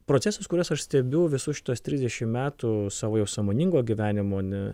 procesus kuriuos aš stebiu visus šituos trisdešimt metų savo jau sąmoningo gyvenimo ne